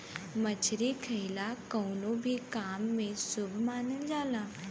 मछरी खाईल कवनो भी काम में शुभ मानल जाला